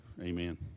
amen